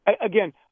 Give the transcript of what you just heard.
again